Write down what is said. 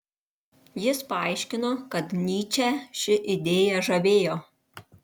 jis paaiškino kad nyčę ši idėja žavėjo